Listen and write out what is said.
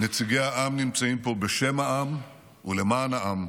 נציגי העם נמצאים פה בשם העם ולמען העם,